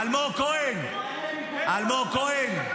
אלמוג כהן,